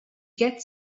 get